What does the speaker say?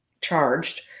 charged